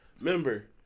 remember